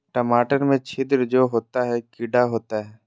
टमाटर में छिद्र जो होता है किडा होता है?